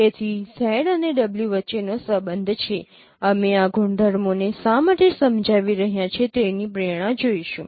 તેથી Z અને W વચ્ચેનો સંબંધ છે અમે આ ગુણધર્મોને શા માટે સમજાવી રહ્યાં છીએ તેની પ્રેરણા જોઈશું